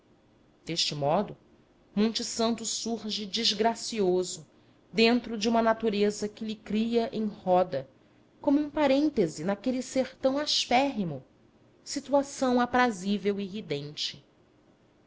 deste modo monte santo surge desgracioso dentro de uma natureza que lhe cria em roda como um parênteses naquele sertão aspérrimo situação aprazível e ridente